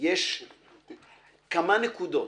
יש כמה נקודות,